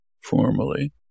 formally